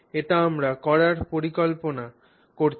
এটি আমরা করার পরিকল্পনা করছি